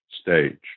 stage